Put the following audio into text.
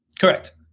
Correct